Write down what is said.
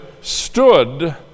stood